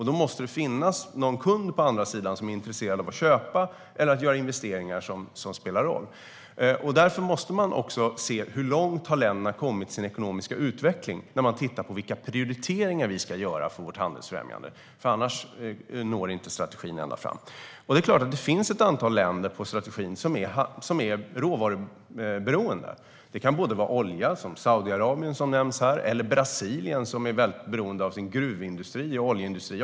Då måste det finnas någon kund på andra sidan som är intresserad av att köpa eller att göra investeringar som spelar roll. Därför måste man också se hur långt länderna har kommit i sin ekonomiska utveckling när man tittar på vilka prioriteringar vi ska göra för vårt handelsfrämjande. Annars når inte strategin ända fram. Det finns ett antal länder i strategin som är råvaruberoende. Det kan vara olja som i Saudiarabien, som nämns här. Brasilien är väldigt beroende av sin gruvindustri och också sin oljeindustri.